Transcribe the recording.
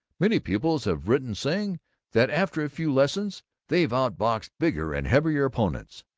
many pupils have written saying that after a few lessons they've outboxed bigger and heavier opponents.